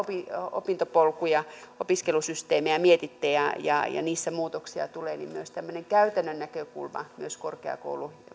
opintopolkuja opiskelusysteemejä mietitte ja niissä muutoksia tulee että myös tämmöinen käytännön näkökulma myös korkeakouluopiskelijoille